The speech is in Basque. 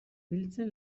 biltzen